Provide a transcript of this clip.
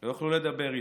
לא יוכלו לדבר איתו,